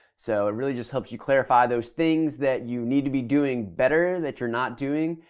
so it really just helps you clarify those things that you need to be doing better that you're not doing.